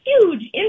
huge